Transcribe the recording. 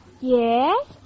Yes